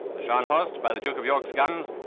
the scharnhorst by the duke of york's guns,